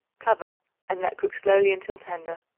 cover and let cook slowly until tender.